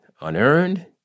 unearned